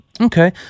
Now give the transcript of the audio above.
Okay